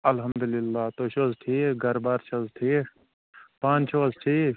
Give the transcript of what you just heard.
اَلحمدُاللہ تُہۍ چھُو حظ ٹھیٖک گَربار چھِ حظ ٹھیٖک پانہٕ چھُو حظ ٹھیٖک